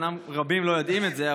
רבים לא יודעים את זה,